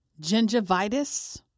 Gingivitis